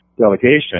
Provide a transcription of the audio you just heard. delegation